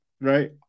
right